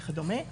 וכדומה.